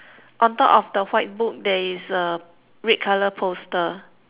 on top of the white book there is a red colour poster